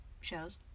shows